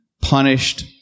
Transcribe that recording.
punished